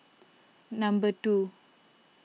number two